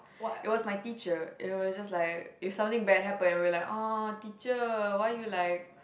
it was my teacher it was just like if something bad happen we were like orh teacher why you like